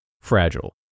fragile